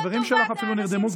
אפילו החברים שלך כבר נרדמו.